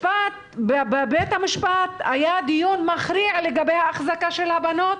שבבית המשפט היה דיון מכריע לגבי החזקה של הבנות,